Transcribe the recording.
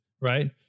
right